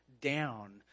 down